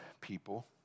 people